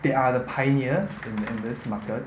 they are the pioneer in this market